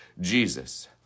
Jesus